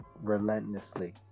relentlessly